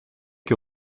que